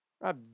right